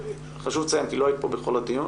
חשוב לציין כי לא היית כאן בכל הדיון